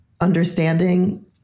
understanding